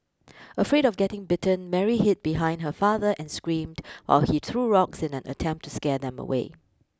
afraid of getting bitten Mary hid behind her father and screamed while he threw rocks in an attempt to scare them away